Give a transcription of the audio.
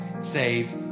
save